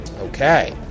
Okay